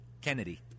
Kennedy